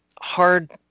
hard